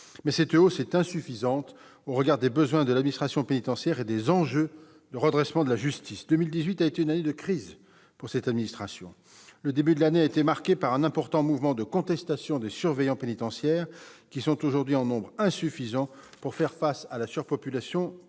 mais cette hausse est insuffisante au regard des besoins de l'administration pénitentiaire et des enjeux du redressement de la justice. Pour l'administration pénitentiaire, 2018 a été une année de crise. Le début de l'année a été marqué par un important mouvement de contestation des surveillants pénitentiaires, qui sont aujourd'hui en nombre insuffisant pour faire face à la surpopulation carcérale.